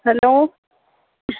hello